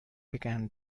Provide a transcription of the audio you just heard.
becomes